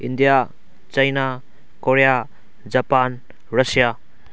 India China Korea Japan Russia